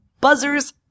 buzzers